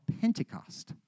Pentecost